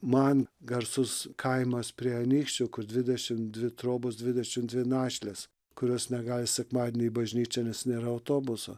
man garsus kaimas prie anykščių kur dvidešimt dvi trobos dvidešimt dvi našlės kurios negali sekmadienį į bažnyčią nes nėra autobuso